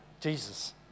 Jesus